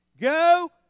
Go